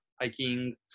hiking